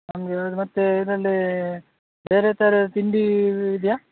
ನಮಗೆ ಮತ್ತೆ ಇದರಲ್ಲೀ ಬೇರೆ ಥರ ತಿಂಡಿ ಇದೆಯಾ